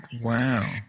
Wow